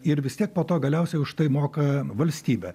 ir vis tiek po to galiausiai už tai moka valstybė